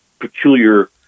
peculiar